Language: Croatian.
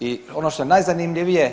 I ono što je najzanimljivije.